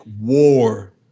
war